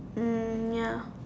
mm ya